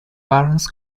barons